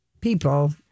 people